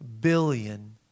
billion